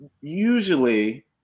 Usually –